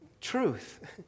truth